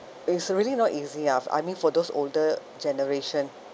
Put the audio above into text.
it's really not easy ah f~ I mean for those older generation